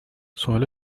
سوال